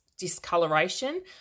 Discoloration